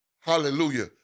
hallelujah